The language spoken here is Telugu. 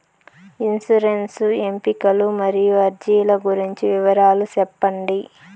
ఇన్సూరెన్సు ఎంపికలు మరియు అర్జీల గురించి వివరాలు సెప్పండి